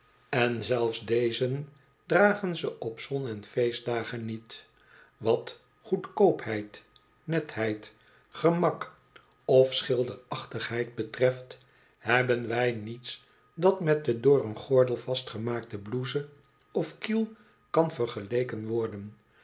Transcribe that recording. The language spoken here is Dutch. en zelfs dezen dragen ze op zonen feestdagen niet wat goedkoopheid netheid gemak of schilderachtigheid betreft hebben wij niets dat met de door een gordel vastgemaakte blouse of kiel kan vergeleken worden